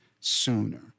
sooner